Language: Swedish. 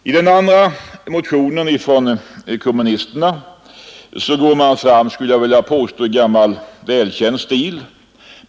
I motionen från kommunisterna går man fram i gammal välkänd stil, vill jag påstå.